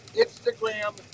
Instagram